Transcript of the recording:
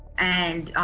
and,